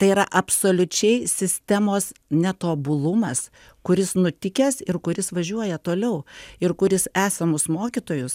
tai yra apsoliučiai sistemos netobulumas kuris nutikęs ir kuris važiuoja toliau ir kuris esamus mokytojus